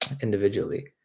individually